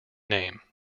name